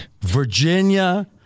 Virginia